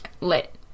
Lit